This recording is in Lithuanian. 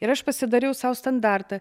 ir aš pasidariau sau standartą